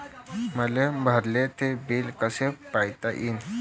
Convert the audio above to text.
मले भरल ते बिल कस पायता येईन?